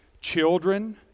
children